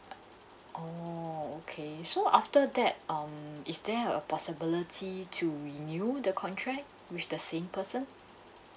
uh orh okay so after that um is there a possibility to renew the contract with the same person